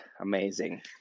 amazing